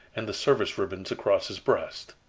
and the service ribbons across his breast.